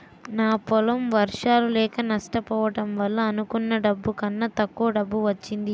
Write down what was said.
నా పొలం వర్షాలు లేక నష్టపోవడం వల్ల అనుకున్న డబ్బు కన్నా తక్కువ డబ్బు వచ్చింది ఈ ఏడు